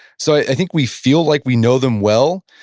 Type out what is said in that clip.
so i think we feel like we know them well.